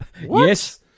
Yes